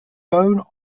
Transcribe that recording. bone